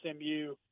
SMU